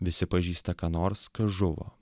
visi pažįsta ką nors kas žuvo